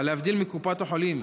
אבל להבדיל מקופות החולים,